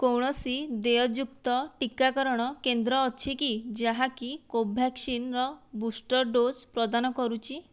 କୌଣସି ଦେୟଯୁକ୍ତ ଟିକାକରଣ କେନ୍ଦ୍ର ଅଛି କି ଯାହାକି କୋଭ୍ୟାକ୍ସିନ୍ ର ବୁଷ୍ଟର ଡୋଜ୍ ପ୍ରଦାନ କରୁଛି